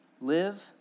Live